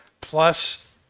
plus